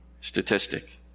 statistic